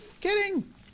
kidding